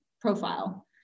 profile